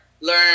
learn